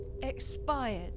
expired